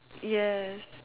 yes